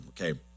Okay